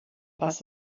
was